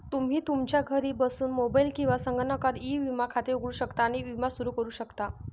तुम्ही तुमच्या घरी बसून मोबाईल किंवा संगणकावर ई विमा खाते उघडू शकता आणि विमा सुरू करू शकता